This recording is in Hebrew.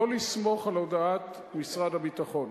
לא לסמוך על הודעת משרד הביטחון,